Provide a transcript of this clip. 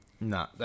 No